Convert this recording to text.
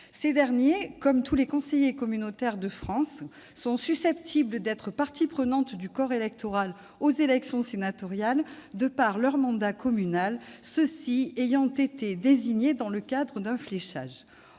Ces derniers, comme tous les conseillers communautaires de France, sont susceptibles d'être parties prenantes du corps électoral aux élections sénatoriales de par leur mandat communal, ayant été désignés dans le cadre d'un fléchage.